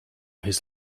his